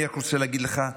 אני רק רוצה להגיד לך,